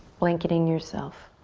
blanketing yourself